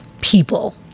people